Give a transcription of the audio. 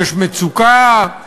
יש מצוקה,